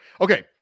Okay